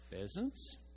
pheasants